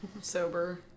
sober